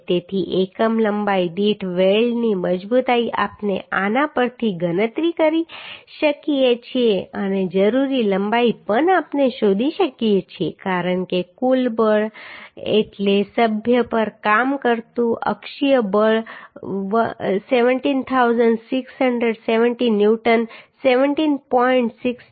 તેથી એકમ લંબાઈ દીઠ વેલ્ડની મજબૂતાઈ આપણે આના પરથી ગણતરી કરી શકીએ છીએ અને જરૂરી લંબાઈ પણ આપણે શોધી શકીએ છીએ કારણ કે કુલ બળ એટલે સભ્ય પર કામ કરતું અક્ષીય બળ 17670 ન્યૂટન 17